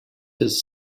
his